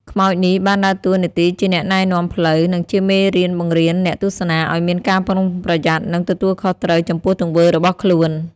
ខ្មោចនេះបានដើរតួនាទីជាអ្នកណែនាំផ្លូវ និងជាមេរៀនបង្រៀនអ្នកទស្សនាឲ្យមានការប្រុងប្រយ័ត្ន និងទទួលខុសត្រូវចំពោះទង្វើរបស់ខ្លួន។